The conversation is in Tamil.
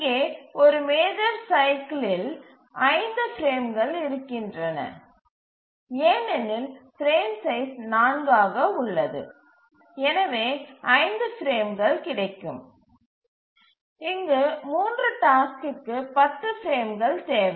இங்கே ஒரு மேஜர் சைக்கிலில் 5 பிரேம்கள் இருக்கின்றன ஏனெனில் பிரேம் சைஸ் 4 ஆக உள்ளது எனவே 5 பிரேம்கள் கிடைக்கும் இங்கு 3 டாஸ்க்கிற்கு 10 பிரேம்கள் தேவை